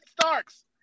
Starks